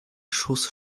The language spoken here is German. schuss